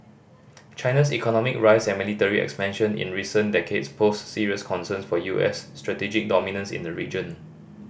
China's economic rise and military expansion in recent decades pose serious concerns for U S strategic dominance in the region